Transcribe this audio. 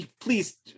Please